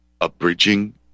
abridging